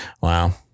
Wow